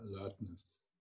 alertness